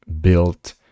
built